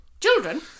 children